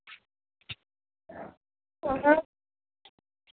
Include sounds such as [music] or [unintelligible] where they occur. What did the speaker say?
[unintelligible]